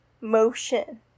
motion